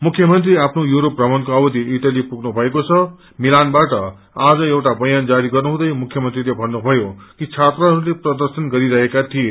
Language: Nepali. मुख्यमंत्रीले आफ्नो यूरोप भ्रमणको अवधि इटली पुग्नुभयो मिलावाट आज एउटा बयान जारी गर्नु हुँदै मुख्य मंत्रीते भन्नुभयो कि छात्रहरूले प्रदशन गरिहरहेका थिए